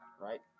Right